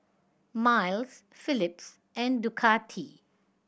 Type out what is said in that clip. Miles Philips and Ducati